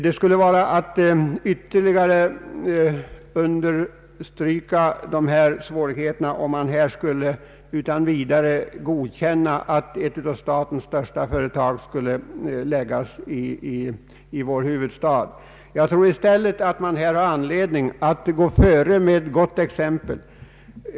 Det skulle innebära att vi ytterligare ökade dessa svårigheter om vi nu utan vidare accepterade att ett av statens största företag skall ha sitt huvudkontor i huvudstaden. Jag tror i stället att staten har anledning att här gå före med gott exempel.